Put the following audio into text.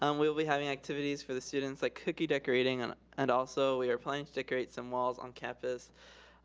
um we'll be having activities for the students like cookie decorating and and also we are planning to decorate some walls on campus,